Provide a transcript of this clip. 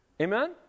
Amen